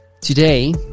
Today